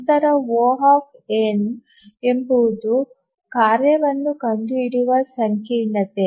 ನಂತರ O ಎಂಬುದು ಕಾರ್ಯವನ್ನು ಕಂಡುಹಿಡಿಯುವ ಸಂಕೀರ್ಣತೆ